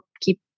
keep